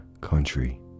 country